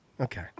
Okay